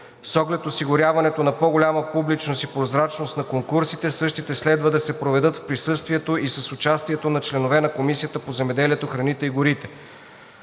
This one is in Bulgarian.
С оглед осигуряването на по-голяма публичност и прозрачност на конкурсите същите следва да се проведат в присъствието и с участието на членовете на Комисията по земеделието, храните и горите.